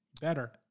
Better